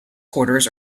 quarters